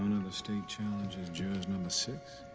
honor, the state challenges jurors number six,